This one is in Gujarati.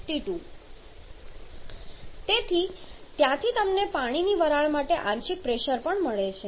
6221Psat તેથી ત્યાંથી તમને પાણીની વરાળ માટે આંશિક પ્રેશર પણ મળે છે